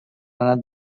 anat